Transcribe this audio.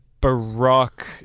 baroque